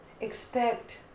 Expect